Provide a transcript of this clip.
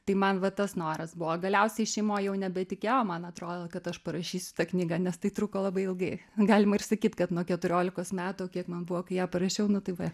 tai man va tas noras buvo galiausiai šeimoj jau nebetikėjo man atrodo kad aš parašysiu tą knygą nes tai truko labai ilgai galima ir sakyt kad nuo keturiolikos metų kiek man buvo kai ją parašiau nu tai va